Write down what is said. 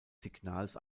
signals